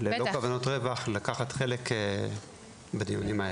ללא כוונות רווח, לקחת חלק בדיונים האלה.